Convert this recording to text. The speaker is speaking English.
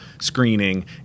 screening